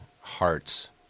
heart's